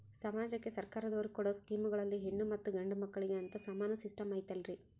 ಸಮಾಜಕ್ಕೆ ಸರ್ಕಾರದವರು ಕೊಡೊ ಸ್ಕೇಮುಗಳಲ್ಲಿ ಹೆಣ್ಣು ಮತ್ತಾ ಗಂಡು ಮಕ್ಕಳಿಗೆ ಅಂತಾ ಸಮಾನ ಸಿಸ್ಟಮ್ ಐತಲ್ರಿ?